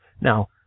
Now